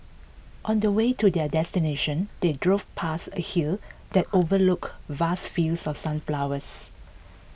on the way to their destination they drove past a hill that overlooked vast fields of sunflowers